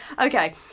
Okay